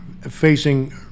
facing